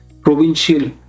Provincial